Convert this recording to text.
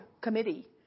committee